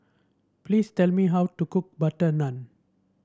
please tell me how to cook butter naan